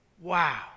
Wow